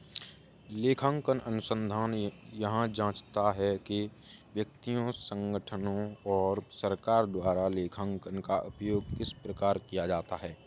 लेखांकन अनुसंधान यह जाँचता है कि व्यक्तियों संगठनों और सरकार द्वारा लेखांकन का उपयोग किस प्रकार किया जाता है